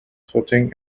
footing